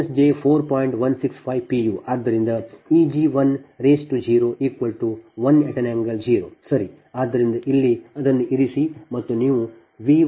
ಆದ್ದರಿಂದ E g1 0 1∠0 ಸರಿ